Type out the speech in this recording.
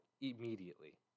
immediately